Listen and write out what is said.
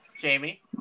Jamie